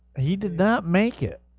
he did not make it